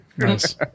Yes